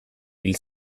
hil